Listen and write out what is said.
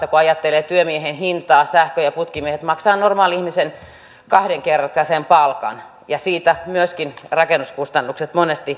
kun ajattelee työmiehen hintaa sähkö ja putkimiehet maksavat normaalin ihmisen kahdenkertaisen palkan verran ja myöskin siitä rakennuskustannukset monesti nousevat